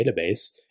database